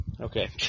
Okay